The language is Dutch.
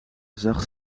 zag